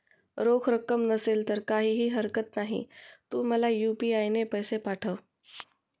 रोख रक्कम नसेल तर काहीही हरकत नाही, तू मला यू.पी.आय ने पैसे पाठव